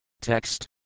Text